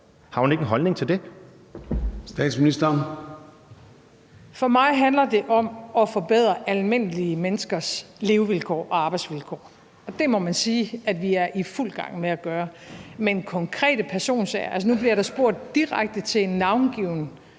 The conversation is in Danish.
Statsministeren (Mette Frederiksen): For mig handler det om at forbedre almindelige menneskers levevilkår og arbejdsvilkår. Det må man sige at vi er i fuld gang med at gøre. Men nu bliver der spurgt direkte til en navngiven